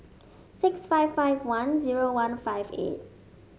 six five five one zero one five eight